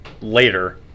later